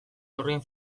lurrin